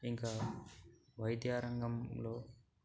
ఇంకా వైద్య రంగంలో